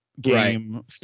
game